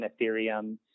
Ethereum